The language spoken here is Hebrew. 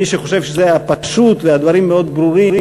מי שחושב שזה היה פשוט והדברים מאוד ברורים,